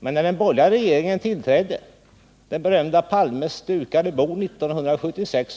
Men när den borgerliga regeringen 1976 trädde till herr Palmes berömda dukade bord